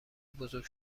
بزرگ